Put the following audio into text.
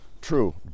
true